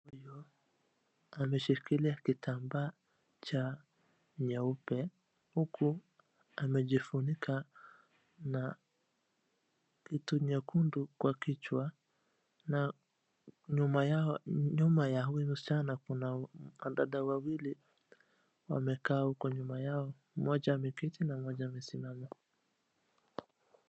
Huyu ameshikilia kitambaa cha nyeupe. Huku, amejifunika na kitu nyekundu kwa kichwa. Na nyuma yao, nyuma ya huyu msichana kuna madada wawili. Wamekaa huko nyuma yao. Mmoja ameketi na mmoja amesimama.